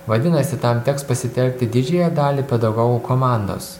vadinasi tam teks pasitelkti didžiąją dalį pedagogų komandos